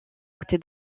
côté